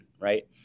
right